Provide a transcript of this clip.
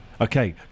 Okay